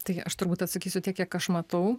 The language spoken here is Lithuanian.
tai turbūt atsakysiu tiek kiek aš matau